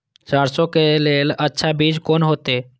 सरसों के लेल अच्छा बीज कोन होते?